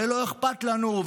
ולא אכפת לנו,